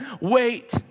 wait